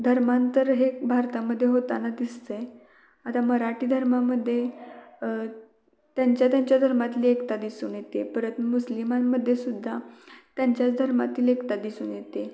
धर्मांतर हे भारतामध्ये होताना दिसतं आहे आता मराठी धर्मामध्ये त्यांच्या त्यांच्या धर्मातली एकता दिसून येते परत मुस्लिमांमध्ये सुध्दा त्यांच्याच धर्मातील एकता दिसून येते